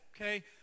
okay